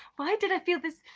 why did i feel this,